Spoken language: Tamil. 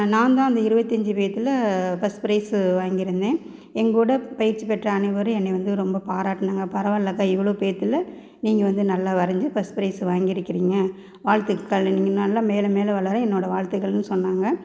நான்தான் அந்த இருபத்தஞ்சி பேர்த்துல ஃபர்ஸ்ட் ப்ரைஸ்ஸு வாங்கியிருந்தேன் எங்கூட பயிற்சி பெற்ற அனைவரும் என்னைய வந்து ரொம்ப பாராட்டினாங்க பரவாயில்லக்கா இவ்வளோ பேர்த்துல நீங்கள் வந்து நல்லா வரைஞ்சு ஃபர்ஸ்ட் ப்ரைஸ் வாங்கிருக்கிறீங்க வாழ்த்துக்கள் இனி நீங்கள் நல்லா மேலும் மேலும் வளர என்னோட வாழ்த்துக்கள்ன்னு சொன்னாங்க